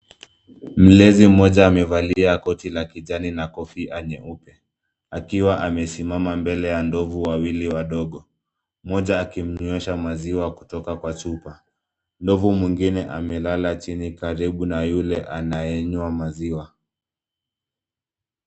Mlezi mmoja amevalia koti la kijani na kofia nyeupe, akiwa amesimama mbele ya ndovu wawili wadogo. Mmoja akimnywesha maziwa kutoka kwa chupa. Ndovu mwingine amelala chini karibu na yule anayenywa maziwa.